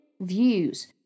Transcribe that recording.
views